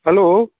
hello